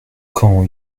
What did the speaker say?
quand